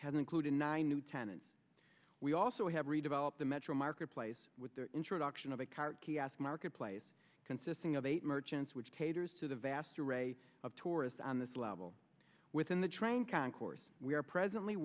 has included nine new tenants we also have redevelop the metro marketplace with the introduction of a card kiosk marketplace consisting of eight merchants which caters to the vast array of tourists on this level within the train concourse we are presently